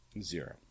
Zero